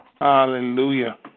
Hallelujah